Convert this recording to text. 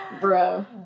Bro